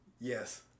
Yes